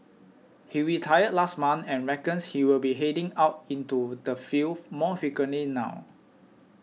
he retired last month and reckons he will be heading out into the field more frequently now